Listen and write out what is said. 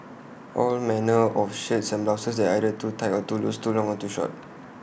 all manner of shirts and blouses that are either too tight or too loose too long or too short